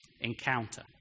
Encounter